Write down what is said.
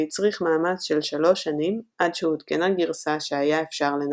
והצריך מאמץ של שלוש שנים עד שהותקנה גרסה שהיה אפשר לנגנה.